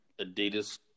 Adidas